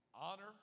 honor